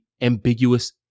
ambiguous